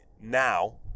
now